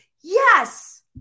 yes